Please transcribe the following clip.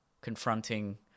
confronting